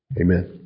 Amen